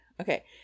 okay